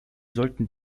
sollten